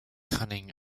cunning